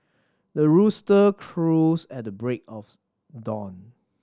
the rooster crows at the break of dawn